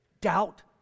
Doubt